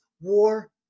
war